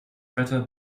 better